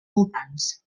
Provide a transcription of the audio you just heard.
voltants